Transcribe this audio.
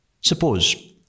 suppose